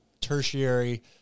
tertiary